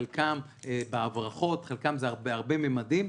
חלקם בהברחות, זה בהרבה ממדים.